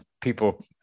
people